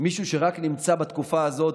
מישהו שנמצא רק בתקופה הזאת,